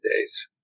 days